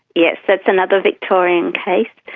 yes, that's another victorian case.